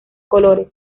colores